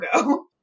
go